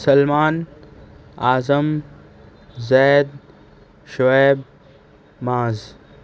Salman Azam Zaid Shoaib Muaz